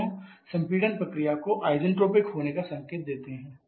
दोनों सम्पीडन प्रक्रिया को अइसेनट्रोपिक होने का संकेत देते हैं